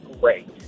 great